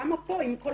למה פה עם כל